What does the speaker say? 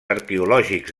arqueològics